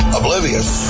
oblivious